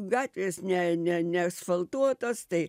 gatvės ne ne ne neasfaltuotos tai